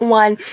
one